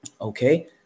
okay